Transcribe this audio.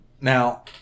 Now